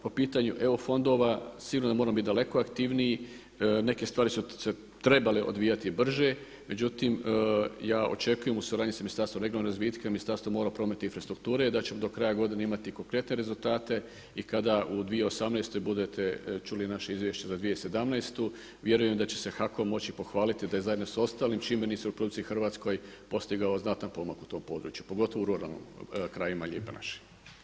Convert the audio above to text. Po pitanju eu fondova sigurno da moramo biti daleko aktivniji, neke stvari su se trebale odvijati brže, međutim ja očekujem u suradnji sa Ministarstvom regionalnog razvitka i Ministarstvom mora, prometa i infrastrukture da ćemo do kraja godine imati konkretne rezultate i kada u 2018. budete čuli naše izvješće za 2017. vjerujem da će se HAKOM moći pohvaliti da je zajedno sa ostalim čimbenicima u RH postigao znatan pomak u tom području, pogotovo u ruralnim krajevima lijepe naše.